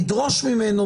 נדרוש ממנו,